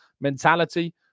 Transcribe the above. mentality